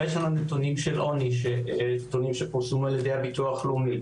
אבל יש לנו נתונים של עוני שפורסמו על ידי הביטוח הלאומי.